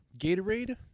Gatorade